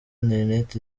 internet